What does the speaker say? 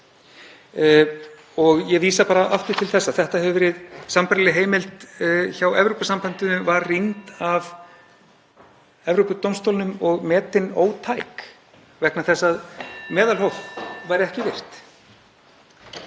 á. Ég vísa bara aftur til þess að þetta hefur verið sambærileg heimild hjá Evrópusambandinu. Hún var rýnd af Evrópudómstólnum og metin ótæk vegna þess að meðalhóf væri ekki virt.